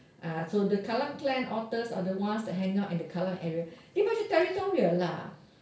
uh so the kallang clan otters are the ones that hang out in the kallang area dia macam territorial lah